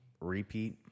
repeat